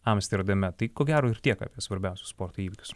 amsterdame tai ko gero ir tiek apie svarbiausius sporto įvykius